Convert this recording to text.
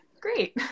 Great